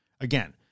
Again